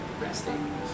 resting